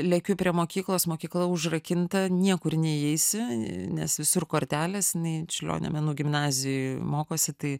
lekiu prie mokyklos mokykla užrakinta niekur neįeisi nes visur kortelės jinai čiurlionio menų gimnazijoj mokosi tai